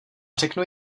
řeknu